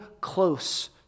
close